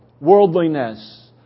worldliness